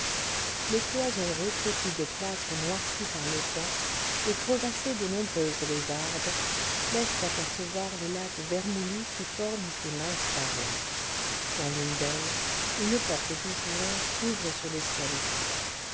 les cloisons recrépies de plâtre noirci par le temps et crevassées de nombreuses lézardes laissent apercevoir les lattes vermoulues qui forment ces minces parois dans l'une d'elles une porte disjointe s'ouvre sur l'escalier